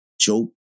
joke